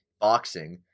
boxing